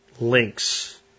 links